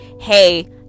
Hey